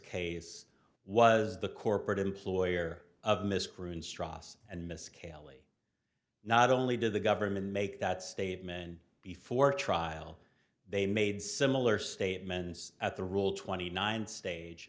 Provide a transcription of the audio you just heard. case was the corporate employer of miscreants stross and miss caylee not only did the government make that statement before trial they made similar statements at the rule twenty nine stage